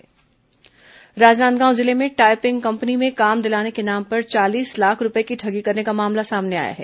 ठग गिरफ्तार राजनांदगांव जिले में टायपिंग कंपनी में काम दिलाने के नाम पर चालीस लाख रूपये की ठगी करने का मामला सामने आया है